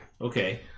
Okay